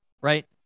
Right